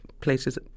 places